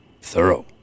Thorough